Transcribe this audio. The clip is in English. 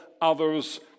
others